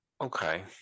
Okay